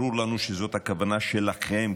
ברור לנו שזאת הכוונה שלכם,